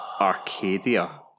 Arcadia